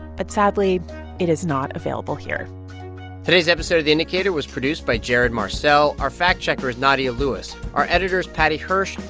but sadly it is not available here today's episode the indicator was produced by jared marcelle. our fact-checker is nadia lewis. our editor is paddy hirsch,